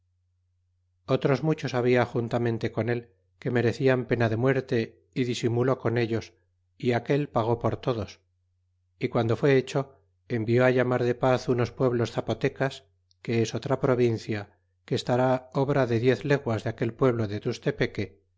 otros muchos habla juntamen te con el que merecian pena de muerte y disimuló con ellos y aquel pagó por todos y guando fué hecho envió it llamar de paz unos pueblos zapotecas que es otra provincia que estará obra de diez leguas de aquel pueblo de tustepeque